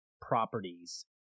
properties